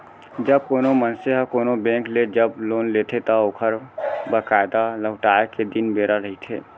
जब कोनो मनसे ह कोनो बेंक ले जब लोन लेथे त ओखर बकायदा लहुटाय के दिन बेरा रहिथे